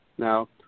Now